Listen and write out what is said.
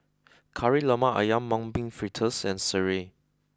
Kari Lemak Ayam Mung Bean Fritters and Sireh